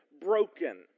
broken